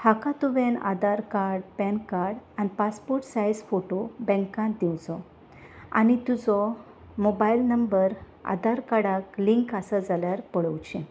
हाका तुवें Aadhaar card PAN card आनी पासपोर्ट सायज फोटो बँकांत दिवचो आनी तुजो मोबायल नंबर आधार कार्डाक लिंक आसा जाल्यार पळोवचें